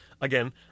Again